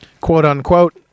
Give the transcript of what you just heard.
quote-unquote